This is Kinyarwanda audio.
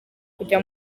kujya